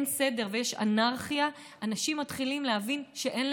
ביקורת זה דבר לגיטימי, ואנחנו נמצאים פה